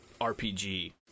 RPG